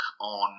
on